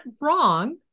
wrong